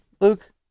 luke